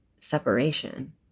separation